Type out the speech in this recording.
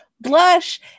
blush